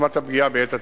עוצמת הפגיעה בעת תאונה.